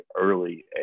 early